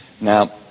Now